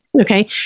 Okay